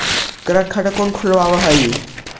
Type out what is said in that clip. current खाता कौन खुलवावा हई